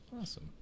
awesome